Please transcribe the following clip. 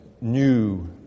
new